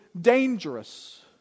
dangerous